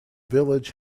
village